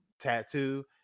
tattoo